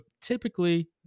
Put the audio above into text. typically